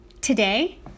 Today